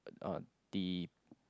on the